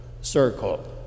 circle